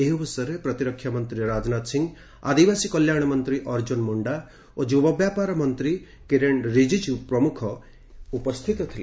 ଏହି ଅବସରରେ ପ୍ରତିରକ୍ଷାମନ୍ତ୍ରୀ ରାଜନାଥ ସିଂ ଆଦିବାସୀ କଲ୍ୟାଶମନ୍ତ୍ରୀ ଅର୍ଜ୍ଜୁନ ମୁଣ୍ଡା ଓ ଯୁବ ବ୍ୟାପାର ମନ୍ତ୍ରୀ କିରେଣ ରିଜିଜୁ ପ୍ରମୁଖ ଉପସ୍ଥିତ ଥିଲେ